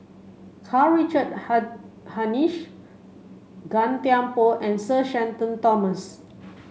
Karl Richard Hanitsch Gan Thiam Poh and Sir Shenton Thomas